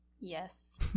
Yes